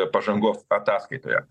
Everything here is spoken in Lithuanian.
pažangos ataskaitoje